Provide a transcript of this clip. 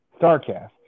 StarCast